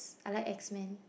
I like X men